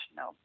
no